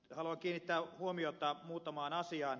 haluan kiinnittää huomiota muutamaan asiaan